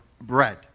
bread